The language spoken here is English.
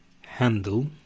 handle